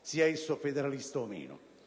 sia esso federalista o meno.